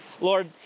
Lord